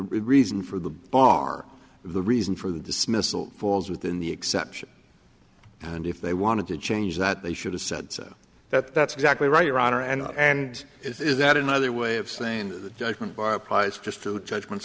reason for the bar the reason for the dismissal falls within the exception and if they wanted to change that they should have said that that's exactly right your honor and and is that another way of saying that the judgment by applies just to judgments